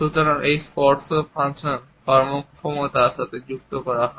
সুতরাং এই স্পর্শ একটি ফাংশন কর্মক্ষমতা সঙ্গে যুক্ত করা হয়